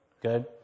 Good